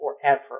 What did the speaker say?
forever